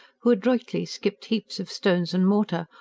who adroitly skipped heaps of stones and mortar,